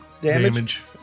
damage